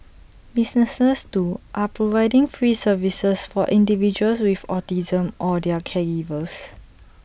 businesses too are providing free services for individuals with autism or their caregivers